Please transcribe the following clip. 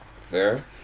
Fair